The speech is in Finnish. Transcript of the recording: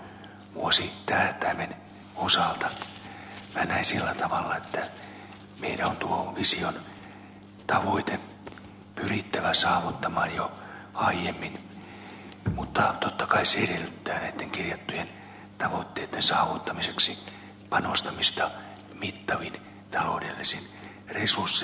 minä näen sillä tavalla että meidän on tuon vision tavoite pyrittävä saavuttamaan jo aiemmin mutta totta kai se edellyttää näitten kirjattujen tavoitteitten saavuttamiseksi panostamista mittavin taloudellisin resurssein